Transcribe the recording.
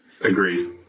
Agreed